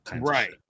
right